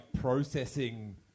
processing